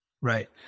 Right